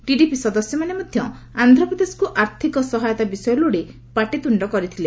TDP ସଦସ୍ୟମାନେ ମଧ୍ୟ ଆନ୍ଧ୍ରପ୍ରଦେଶକ୍ତ ଆର୍ଥିକ ସହାୟତା ବିଷୟ ଲୋଡି ପାଟିତୃଣ୍ଣ କରିଥିଲେ